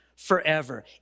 forever